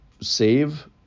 save